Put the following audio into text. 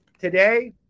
today